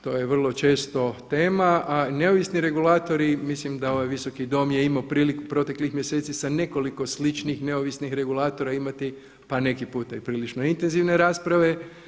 To je vrlo često tema a neovisni regulatori, mislim da ovaj Visoki dom je imao priliku proteklih mjeseci sa nekoliko sličnih neovisnih regulatora imati pa neki puta i prilično intenzivne rasprave.